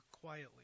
quietly